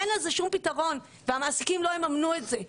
אין לזה שום פתרון והמעסיקים לא יממנו את זה.